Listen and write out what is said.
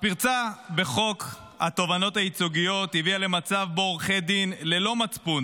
הפרצה בחוק התובענות הייצוגיות הביאה למצב שבו עורכי דין ללא מצפון